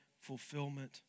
fulfillment